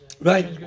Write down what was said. Right